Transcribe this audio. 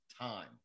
time